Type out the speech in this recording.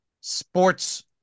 sports